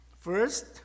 First